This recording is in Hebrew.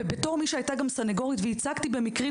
בתור אחת שהייתה סנגורית וגם ייצגתי במקרים